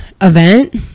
event